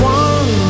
one